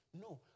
No